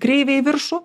kreivė į viršų